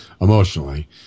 emotionally